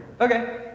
okay